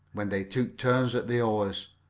when they took turns at the oars.